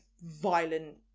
violent